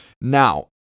Now